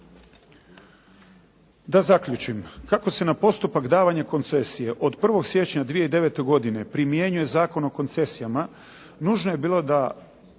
Da zaključim, kako se na postupak davanja koncesije od 1. siječnja 2009. godine primjenjuje Zakon o koncesijama nužno je bilo iz